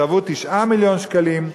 צבעו 9 מיליון שקלים,